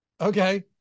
Okay